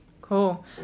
Cool